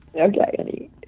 okay